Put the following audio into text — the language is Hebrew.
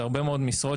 זה הרבה מאוד משרות,